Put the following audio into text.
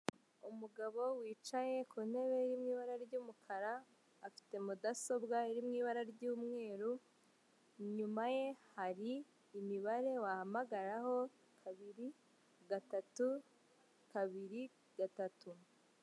Umugabo wicaye ku ntebe y'ibara ry'umukara, afite mudasobwa iri mu ibara ry'umweru inyuma ye hari imibare wahamagaraho; kabiri, gatatu, kabiri, gatatu.